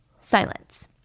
Silence